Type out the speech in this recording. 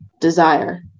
desire